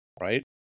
right